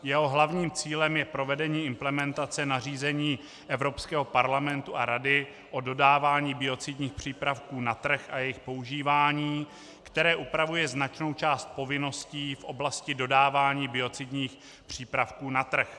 Jeho hlavním cílem je provedení implementace nařízení Evropského parlamentu a Rady o dodávání biocidních přípravků na trh a jejich používání, které upravuje značnou část povinností v oblasti dodávání biocidních přípravků na trh.